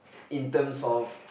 in terms of